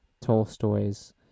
Tolstoy's